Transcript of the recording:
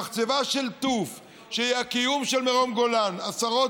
ומחצבה של טוף שהיא הקיום של מרום גולן עשרות